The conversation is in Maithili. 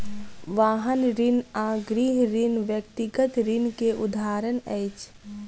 वाहन ऋण आ गृह ऋण व्यक्तिगत ऋण के उदाहरण अछि